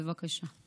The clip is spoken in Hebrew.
בבקשה.